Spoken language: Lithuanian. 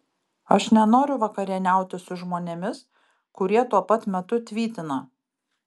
aš nenoriu vakarieniauti su žmonėmis kurie tuo pat metu tvytina